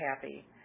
happy